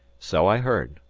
so i heard.